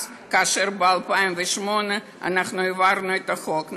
כאשר ב-2008 אנחנו העברנו את החוק.